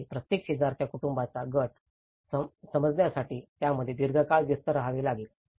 येथे प्रत्येक शेजारच्या कुटूंबांचा गट समजण्यासाठी यामध्ये दीर्घकाळ व्यस्त रहावे लागते